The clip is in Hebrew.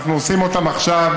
אנחנו עושים אותם עכשיו,